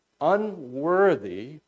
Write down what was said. unworthy